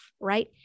right